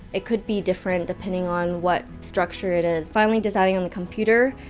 it could be different depending on what structure it is, finally, designing on the computer,